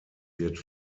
wird